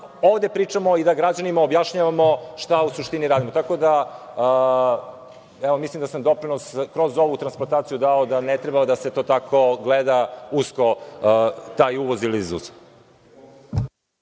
ovde pričamo i da građanima objašnjavamo šta u suštini radimo. Mislim da sam dao doprinos kroz ovu transplantaciju da to ne treba da se tako gleda usko, taj uvoz ili izvoz.